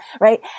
right